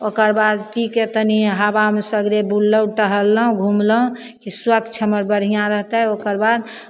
ओकरबाद पी कऽ तनी हवामे सगरे बुललहुँ टहललहुँ घुमलहुँ ई स्वच्छ हमर बढ़िआँ रहतै ओकरबाद